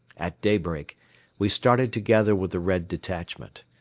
at daybreak we started together with the red detachment.